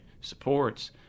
supports